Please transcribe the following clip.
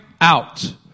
out